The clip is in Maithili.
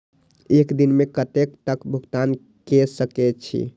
एक दिन में कतेक तक भुगतान कै सके छी